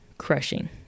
crushing